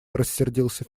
рассердился